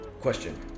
question